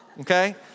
okay